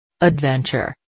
Adventure